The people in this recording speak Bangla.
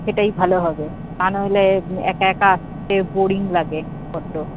সেটাই ভালো হবে তা নইলে একা একা আসতে বোরিং লাগে বড্ড